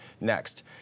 Next